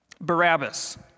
Barabbas